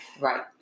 Right